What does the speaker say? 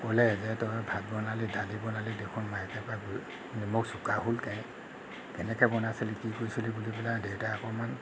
ক'লে যে তই ভাত বনালি দালি বনালি দেখোন নিমখ চোকা হ'ল কেলৈ কেনেকৈ বনাইছিলি কি কৰিছিলি বুলি পেলাই দেউতাই অকণমান